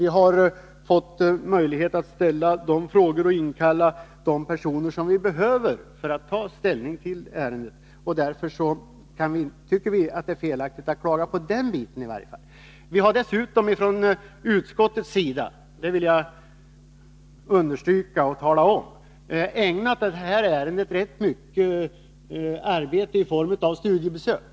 Vi har fått möjlighet att inkalla de personer som vi behövt ställa frågor till för att kunna ta ställning. Därför tycker vi att det är felaktigt att klaga på den delen i varje fall. Utskottet har — det vill jag understryka — ägnat detta ärende rätt mycket arbete i form av studiebesök.